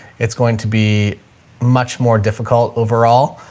it's going to be much more difficult overall.